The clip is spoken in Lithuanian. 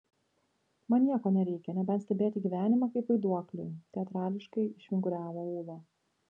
man nieko nereikia nebent stebėti gyvenimą kaip vaiduokliui teatrališkai išvinguriavo ūla